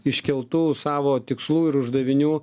iškeltų savo tikslų ir uždavinių